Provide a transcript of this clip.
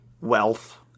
wealth